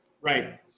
right